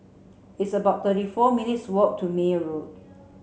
it's about thirty four minutes' walk to Meyer Road